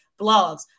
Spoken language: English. blogs